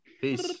Peace